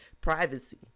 privacy